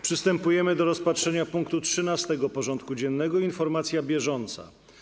Przystępujemy do rozpatrzenia punktu 13. porządku dziennego: Informacja bieżąca.